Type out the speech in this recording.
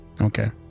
Okay